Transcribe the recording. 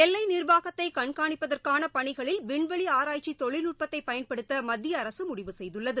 எல்லை நிர்வாகத்தை கண்காணிப்பதற்கான பணிகளில் விண்வெளி ஆராய்ச்சி தொழில்நுட்பத்தை பயன்படுத்த மத்திய அரசு முடிவு செய்துள்ளது